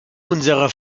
unsere